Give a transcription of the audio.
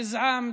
גזעם,